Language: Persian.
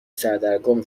سردرگم